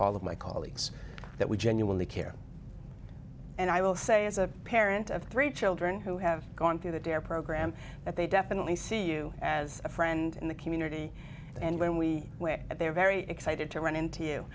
all of my colleagues that we genuinely care and i will say as a parent of three children who have gone through the dare program that they definitely see you as a friend in the community and when we where they are very excited to run into